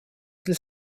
для